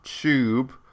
tube